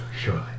surely